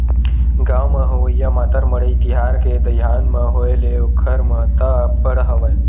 गाँव म होवइया मातर मड़ई तिहार के दईहान म होय ले ओखर महत्ता अब्बड़ हवय